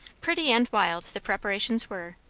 pretty and wild the preparations were.